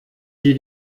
sie